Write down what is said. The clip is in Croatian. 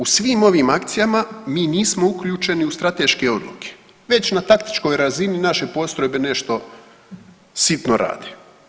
U svim ovim akcijama mi nismo uključeni u strateške odluke već na taktičkoj razini naše postrojbe nešto sitno rade.